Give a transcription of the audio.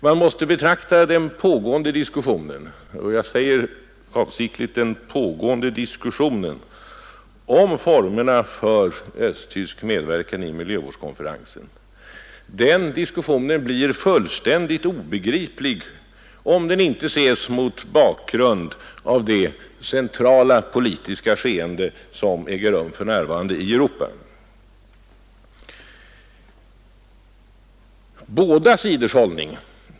Man måste betrakta den pågående diskussionen — jag säger avsiktligt den pågående diskussionen — om formerna för östtysk medverkan i miljövårdskonferensen på annat sätt. Diskussionen blir nämligen fullständigt obegriplig, om den inte ses mot bakgrund av det centrala politiska skeende som för närvarande äger rum i Europa.